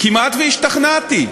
כמעט שהשתכנעתי.